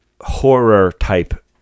horror-type